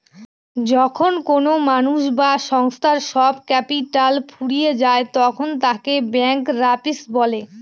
যখন কোনো মানুষ বা সংস্থার সব ক্যাপিটাল ফুরিয়ে যায় তখন তাকে ব্যাংকরাপসি বলে